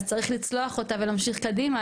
אז צריך לצלוח אותה ולהמשיך קדימה,